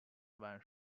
one